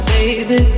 baby